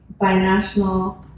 Binational